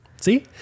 See